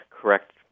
correct